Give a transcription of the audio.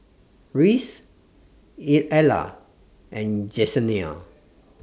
Reece Ella and Jesenia